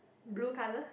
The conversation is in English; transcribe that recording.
blue colour